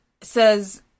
says